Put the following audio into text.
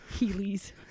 Heelys